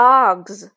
Dogs